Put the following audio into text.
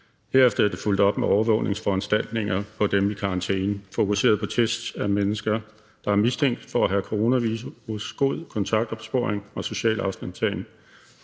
Herefter er det fulgt op med overvågningsforanstaltninger på dem i karantæne, fokuseret på test af mennesker, der er mistænkt for at have coronavirus, god kontaktopsporing og social afstandtagen.